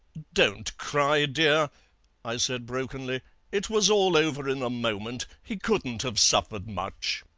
don't cry, dear i said brokenly it was all over in a moment. he couldn't have suffered much